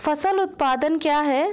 फसल उत्पादन क्या है?